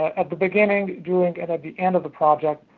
at the beginning, during, and at the end of the project,